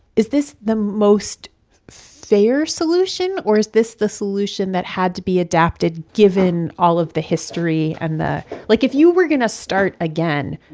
is this the most fair solution? or is this the solution that had to be adapted given all of the history and the like, if you were going to start again.